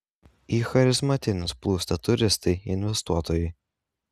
į charizmatines plūsta turistai investuotojai